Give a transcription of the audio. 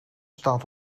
staat